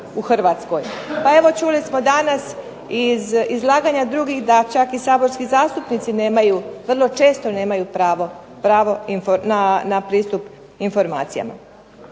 Pa evo čuli smo danas iz izlaganja drugih da čak i saborski zastupnici nemaju, vrlo često nemaju pravo na pristup informacijama.